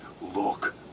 look